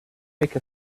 make